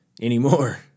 anymore